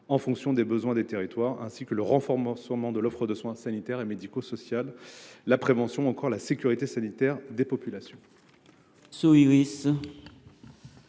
en fonction des besoins des territoires, le renforcement de l’offre de soins sanitaire et médico sociale, la prévention ou encore la sécurité sanitaire des populations.